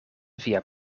via